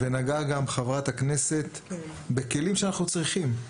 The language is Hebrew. גם חברת הכנסת נגעה בכלים שאנחנו צריכים,